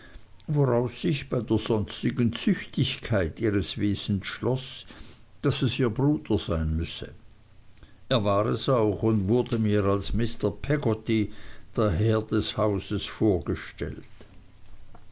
ich bei der sonstigen züchtigkeit ihres wesens schloß daß es ihr bruder sein müßte er war es auch und wurde mir als mr peggotty der herr des hauses vorgestellt